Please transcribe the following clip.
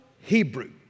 Hebrew